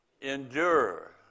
endure